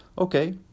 Okay